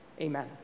Amen